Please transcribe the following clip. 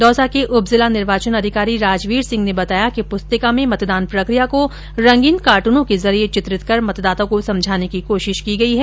दौसा के उपजिला निर्वाचन अधिकारी राजवीर सिंह ने बताया कि पुस्तिका में मतदान प्रक्रिया को रंगीन कार्टूनों के जरिए चित्रित कर मतदाता को समझाने की कोशिश की गई है